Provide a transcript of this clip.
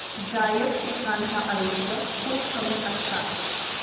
जायद पिकांचा आयुष्य खूप कमी असता